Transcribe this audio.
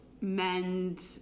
mend